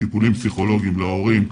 טיפולים פסיכולוגים להורים.